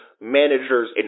managers